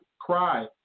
cry